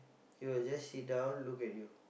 he will just sit down look at you